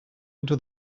into